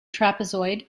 trapezoid